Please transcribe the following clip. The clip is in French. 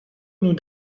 nous